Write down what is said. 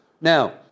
Now